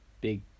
big